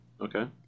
Okay